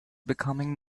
becoming